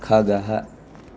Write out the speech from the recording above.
खगः